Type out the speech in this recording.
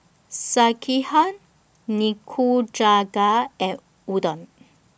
Sekihan Nikujaga and Udon